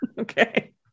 Okay